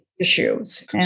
issues